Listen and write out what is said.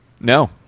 No